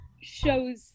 shows